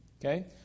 Okay